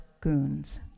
goons